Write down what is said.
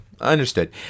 understood